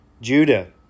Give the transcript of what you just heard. Judah